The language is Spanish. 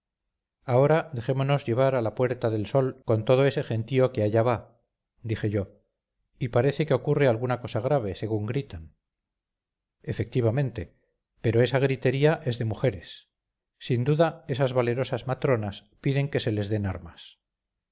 ahora dejémonos llevar a la puerta del sol con todo ese gentío que allá va dije yo y parece que ocurre alguna cosa grave según gritan efectivamente pero esa gritería es de mujeres sin duda esas valerosas matronas piden que se les den armas